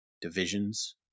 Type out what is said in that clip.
divisions